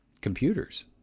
computers